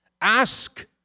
ask